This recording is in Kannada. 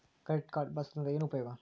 ಕ್ರೆಡಿಟ್ ಕಾರ್ಡ್ ಬಳಸುವದರಿಂದ ಏನು ಉಪಯೋಗ?